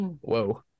Whoa